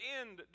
end